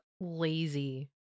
lazy